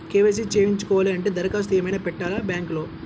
KYC చేయించుకోవాలి అంటే దరఖాస్తు ఏమయినా పెట్టాలా బ్యాంకులో?